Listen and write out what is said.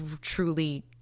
truly